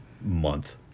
month